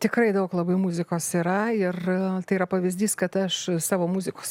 tikrai daug labai muzikos yra ir tai yra pavyzdys kad aš savo muzikos